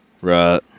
Right